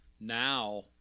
now